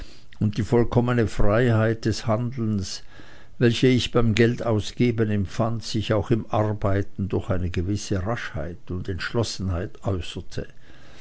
und die vollkommene freiheit des handelns welche ich beim geldausgeben empfand sich auch im arbeiten durch eine gewisse raschheit und entschlossenheit